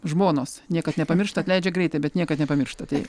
žmonos niekad nepamiršta atleidžia greitai bet niekad nepamiršta tai